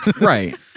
Right